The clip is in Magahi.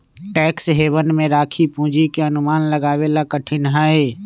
टैक्स हेवन में राखी पूंजी के अनुमान लगावे ला कठिन हई